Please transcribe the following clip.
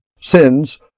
sins